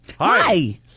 Hi